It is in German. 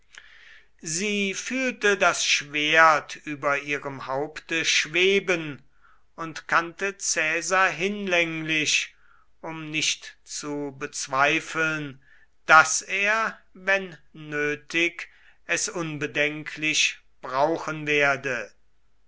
sie fühlte das schwert über ihrem haupte schweben und kannte caesar hinlänglich um nicht zu bezweifeln daß er wenn nötig es unbedenklich brauchen werde